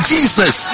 Jesus